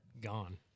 Gone